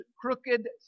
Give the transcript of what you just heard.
crooked